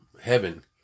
heaven